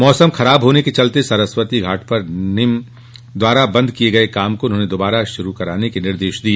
मौसम खराब होने के चलते सरस्वती घाट पर निम द्वारा बंद किए गए काम को उन्होंने दोबारा से शुरू करने के निर्देश दिए